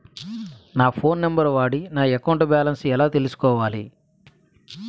నా phone number వాడి నా అకౌంట్ బాలన్స్ ఎలా తెలుసుకోవాలి?